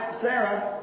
Sarah